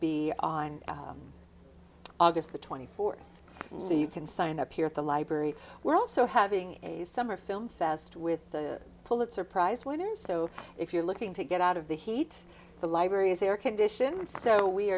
be on august the twenty fourth and so you can sign up here at the library we're also having a summer film fest with the pulitzer prize winners so if you're looking to get out of the heat the library is airconditioned so we